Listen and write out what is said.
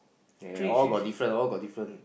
okay okay all got different all got different